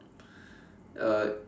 uh